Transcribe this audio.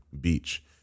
beach